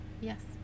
yes